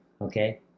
okay